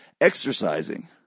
exercising